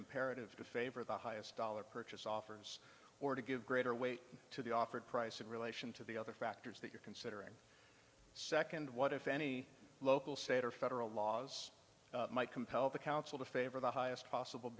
imperative to favor the highest dollar purchase offers or to give greater weight to the offered price in relation to the other factors that you're considering second what if any local state or federal laws might compel the council to favor the highest possible